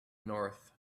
north